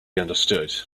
understood